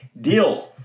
deals